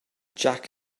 jack